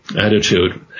attitude